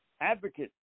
advocate